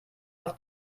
auf